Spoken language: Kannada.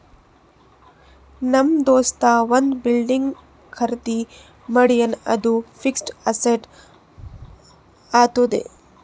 ನಮ್ ದೋಸ್ತ ಒಂದ್ ಬಿಲ್ಡಿಂಗ್ ಖರ್ದಿ ಮಾಡ್ಯಾನ್ ಅದು ಫಿಕ್ಸಡ್ ಅಸೆಟ್ ಆತ್ತುದ್